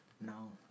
No